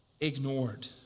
ignored